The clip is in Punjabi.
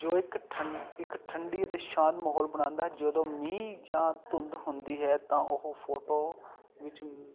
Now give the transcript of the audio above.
ਜੋ ਇਕ ਠੰ ਇੱਕ ਠੰਡੀ ਅਤੇ ਸ਼ਾਂਤ ਮਾਹੌਲ ਬਣਾਉਂਦਾ ਜਦੋਂ ਮੀਹ ਜਾਂ ਧੁੰਦ ਹੁੰਦੀ ਹੈ ਤਾਂ ਉਹ ਫੋਟੋ ਵਿੱਚ